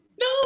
No